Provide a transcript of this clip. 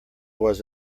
was